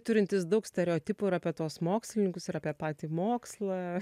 turintis daug stereotipų ir apie tuos mokslininkus ir apie patį mokslą